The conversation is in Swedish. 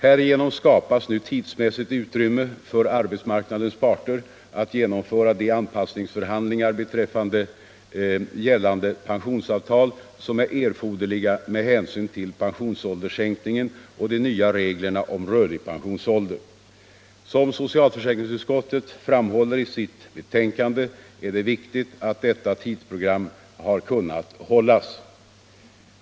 Härigenom skapas nu tidsmässigt utrymme för arbetsmarknadens parter att genomföra de anpassningsförhandlingar beträffande gällande pensionsavtal som är erforderliga med hänsyn till pensionsålderssänkningen och de nya reglerna om rörlig pensionsålder. Som socialförsäkringsutskottet framhåller i sitt betänkande är det viktigt att detta tidsprogram har kunnat hållas.